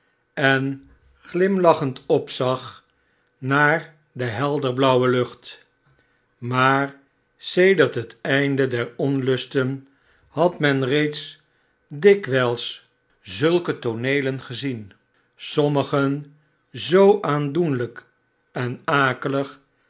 en glimlachend opzag naar de helderblauwelucht maar sedert het einde der onlusten had men reeds dikwijls zulke tooneelen gezien sommigen zoo aandoenlijk en